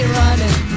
running